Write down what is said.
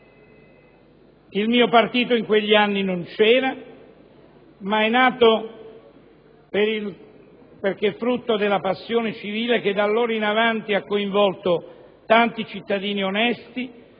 Il mio partito in quegli anni non c'era, ma è nato perché frutto della passione civile che da allora in avanti ha coinvolto tanti cittadini onesti